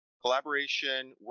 Collaboration